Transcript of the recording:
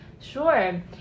Sure